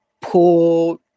poor